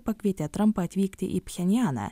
pakvietė trampą atvykti į pchenjaną